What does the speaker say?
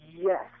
Yes